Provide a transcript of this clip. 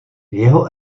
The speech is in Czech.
jeho